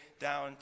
down